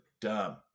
dumb